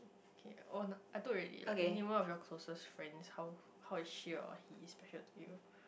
K oh I took already like name one of your closest friends how how is she or he special to you